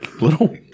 little